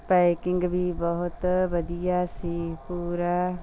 packing ਵੀ ਬਹੁਤ ਵਧੀਆ ਸੀ ਪੂਰਾ